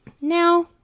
now